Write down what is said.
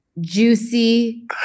juicy